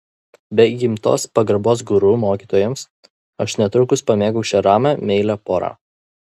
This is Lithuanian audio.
be įgimtos pagarbos guru mokytojams aš netrukus pamėgau šią ramią meilią porą